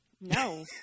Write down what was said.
No